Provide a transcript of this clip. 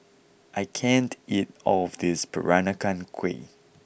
I can't eat all of this Peranakan Kueh